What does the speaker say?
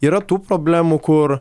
yra tų problemų kur